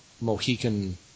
Mohican